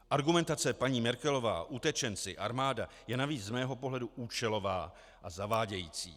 Argumentace paní Merkelová, utečenci, armáda je navíc z mého pohledu účelová a zavádějící.